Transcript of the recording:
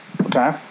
Okay